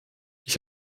ich